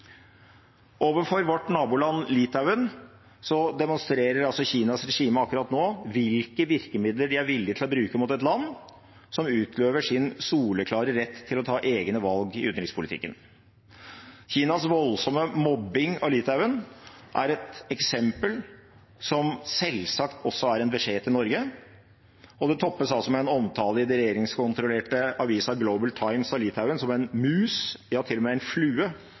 Overfor vårt naboland Litauen demonstrerer Kinas regime akkurat nå hvilke virkemidler de er villig til å bruke mot et land som utøver sin soleklare rett til å ta egne valg i utenrikspolitikken. Kinas voldsomme mobbing av Litauen er et eksempel som selvsagt også er en beskjed til Norge. Det toppes med en omtale av Litauen i den regjeringskontrollerte avisen Global Times som en mus, ja, til og med en flue,